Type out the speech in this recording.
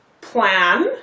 plan